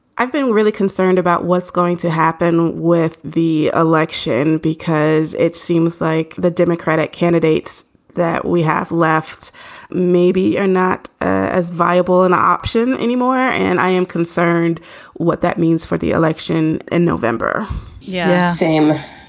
i've been really concerned about what's going to happen with the election because it seems like the democratic candidates that we have left maybe are not as viable an option anymore and i am concerned what that means for the election in november yeah, same